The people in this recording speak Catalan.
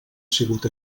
sigut